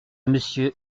monsieur